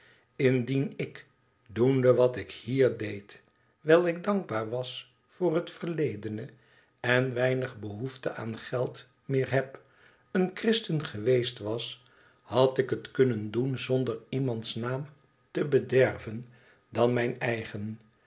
indien ik doende wat ik hier deed wijl ik dankbaar was voor het verledene en weinig behoefte aan geld meer heb een christen geweest was had ik het kunnen doen zonder iemands naam te te bederven dan mijn eigen